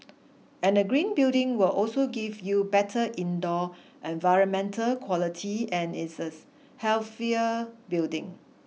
and a green building will also give you better indoor environmental quality and is healthier building